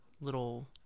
little